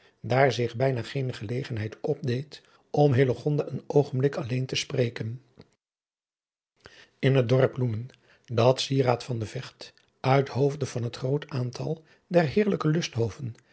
daar zich bijna geene gelegenheid opdeed om hillegonda een oogenblik alleen te spreken in het dorp loenen dat sieraad van de vecht uit hoofde van het groot aantal der heerlijke